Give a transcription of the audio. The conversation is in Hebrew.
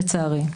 לצערי.